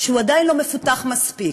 שהוא עדיין לא מפותח מספיק.